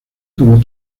como